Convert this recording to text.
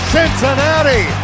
Cincinnati